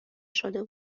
شده